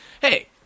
hey